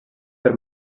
per